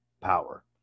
power